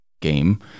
game